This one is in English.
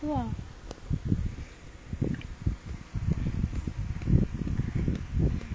tu ah